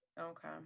Okay